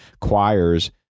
choirs